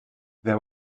there